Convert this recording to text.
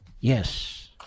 Yes